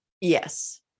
Yes